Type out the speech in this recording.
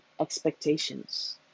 expectations